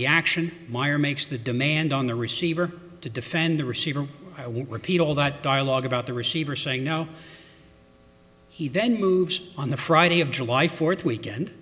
the action wire makes the demand on the receiver to defend the receiver i won't repeat all that dialogue about the receiver saying no he then moves on the friday of july fourth weekend